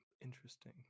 Interesting